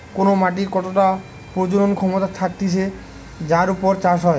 কোন মাটির কতটা প্রজনন ক্ষমতা থাকতিছে যার উপর চাষ হয়